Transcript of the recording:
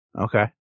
okay